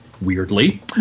weirdly